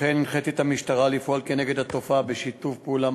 לכן הנחיתי את המשטרה לפעול נגד התופעה בשיתוף פעולה